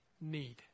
need